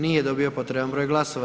Nije dobio potreban broj glasova.